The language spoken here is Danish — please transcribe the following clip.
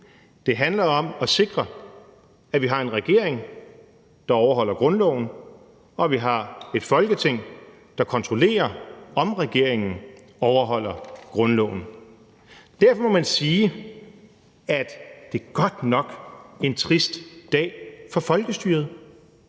Det handler om at sikre, at vi har en regering, der overholder grundloven, og at vi har et Folketing, der kontrollerer, om regeringen overholder grundloven. Derfor må man sige, at det godt nok er en trist dag for folkestyret.